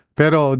pero